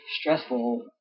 stressful